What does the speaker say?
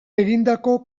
egindako